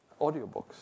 audiobooks